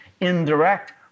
indirect